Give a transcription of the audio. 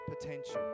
potential